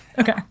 Okay